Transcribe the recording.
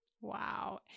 Wow